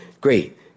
great